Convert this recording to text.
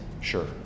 sure